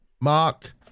Mark